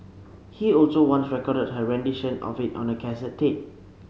he also once recorded her rendition of it on a cassette tape